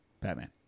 Batman